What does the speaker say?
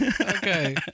Okay